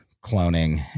cloning